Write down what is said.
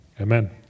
amen